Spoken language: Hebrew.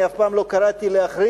אני אף פעם לא קראתי להחרים,